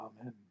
Amen